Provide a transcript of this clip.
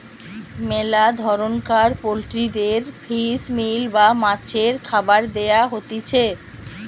মেলা ধরণকার পোল্ট্রিদের ফিশ মিল বা মাছের খাবার দেয়া হতিছে